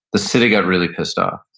the city got really pissed off,